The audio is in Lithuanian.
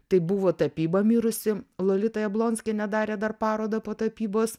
tai buvo tapyba mirusi lolita jablonskienė darė dar parodą po tapybos